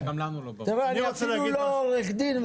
אבל